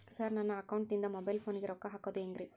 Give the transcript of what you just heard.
Sir ನನ್ನ ಅಕೌಂಟದಿಂದ mobile ಫೋನಿಗೆ ರೊಕ್ಕ ಹಾಕೋದು ಹೆಂಗ್ರಿ?